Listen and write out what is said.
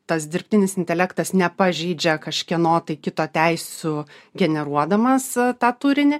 tas dirbtinis intelektas nepažeidžia kažkieno kito teisių generuodamas tą turinį